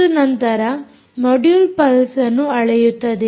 ಮತ್ತು ನಂತರ ಮೊಡ್ಯೂಲ್ ಪಲ್ಸ್ಅನ್ನು ಅಳೆಯುತ್ತದೆ